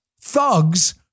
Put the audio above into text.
thugs